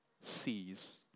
sees